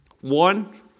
One